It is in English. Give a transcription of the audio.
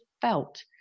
felt